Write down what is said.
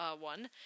one